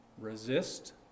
resist